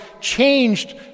changed